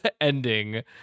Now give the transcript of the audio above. ending